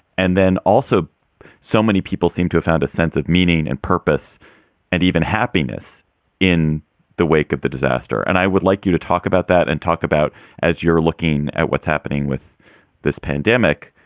and then also so many people seem to have found a sense of meaning and purpose and even happiness in the wake of the disaster. and i would like you to talk about that and talk about as you're looking at what's happening with this pandemic.